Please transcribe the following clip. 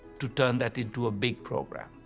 to turn that into a big program.